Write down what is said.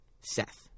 Seth